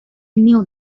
knew